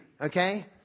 Okay